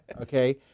Okay